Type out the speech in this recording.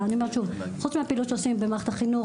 חוץ מהפעילות שעושים במערכת החינוך,